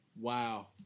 Wow